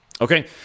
okay